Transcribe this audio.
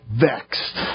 vexed